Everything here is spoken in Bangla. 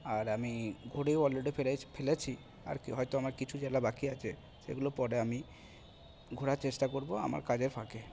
আর আমি ঘুরেও অলরেডি ফেলেছি আর কি হয়তো অমার কিছু জেলা বাকি আছে সেগুলো পরে আমি ঘোরার চেষ্টা করব আমার কাজের ফাঁকে